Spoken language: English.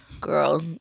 Girl